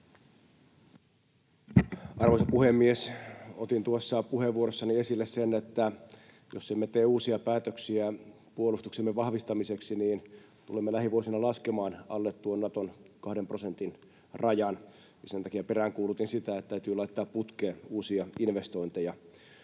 Arvoisa puhemies! Otin tuossa puheenvuorossani esille sen, että jos emme tee uusia päätöksiä puolustuksemme vahvistamiseksi, tulemme lähivuosina laskemaan alle tuon Naton kahden prosentin rajan, ja sen takia peräänkuulutin sitä, että täytyy laittaa putkeen uusia investointeja.